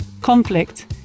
conflict